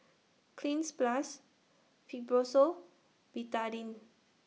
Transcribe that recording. Cleanz Plus Fibrosol Betadine